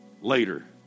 later